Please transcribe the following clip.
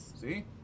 See